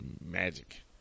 magic